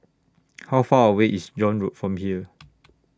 How Far away IS John Road from here